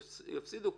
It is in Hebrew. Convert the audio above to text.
יפסידו,